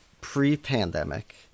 pre-pandemic